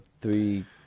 three